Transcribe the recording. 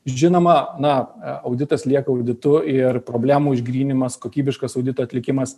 žinoma na auditas lieka auditu ir problemų išgryninimas kokybiškas audito atlikimas